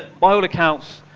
by all accounts,